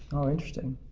oh, interesting,